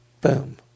Boom